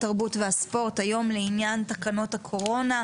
התרבות והספורט היום לעניין תקנות הקורונה.